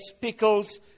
pickles